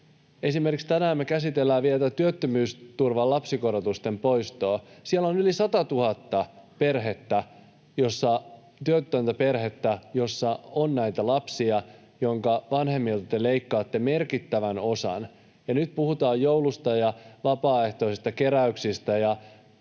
Esimerkiksi tänään me käsitellään vielä työttömyysturvan lapsikorotusten poistoa. Siellä on yli 100 000 perhettä, työtöntä perhettä, joissa on näitä lapsia, joiden vanhemmilta te leikkaatte merkittävän osan. Nyt puhutaan joulusta ja vapaaehtoisista keräyksistä